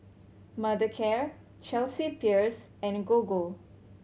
Mothercare Chelsea Peers and Gogo